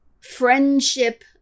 friendship